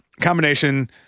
combination